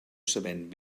sabent